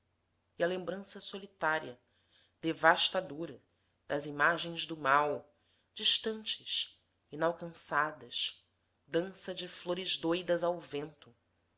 e a lembrança solitária devastadora das imagens do mal distantes inalcançadas dança de flores doidas ao vento